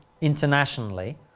internationally